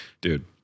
dude